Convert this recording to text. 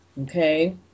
okay